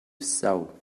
sew